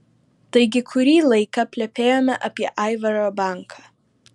taigi kurį laiką plepėjome apie aivaro banką